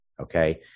okay